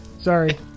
Sorry